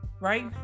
right